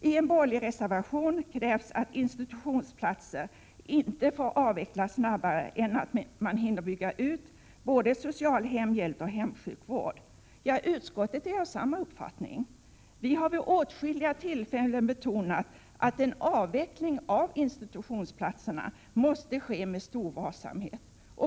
I en borgerlig reservation krävs att institutionsplatser inte skall få 19 avvecklas snabbare än att man hinner bygga ut både social hemhjälp och hemsjukvård. Utskottet är av samma uppfattning. Vi har vid åtskilliga tillfällen betonat att en avveckling av institutionsplatserna måste ske med stor varsamhet.